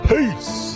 Peace